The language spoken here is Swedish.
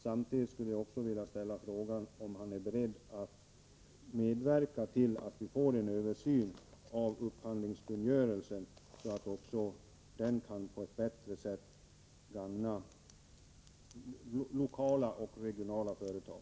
Samtidigt skulle jag vilja ställa frågan om industriministern är beredd medverka till en översyn av upphandlingskungörelsen, så att den på ett bättre sätt kan gagna lokala och regionala företag.